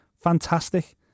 fantastic